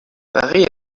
paris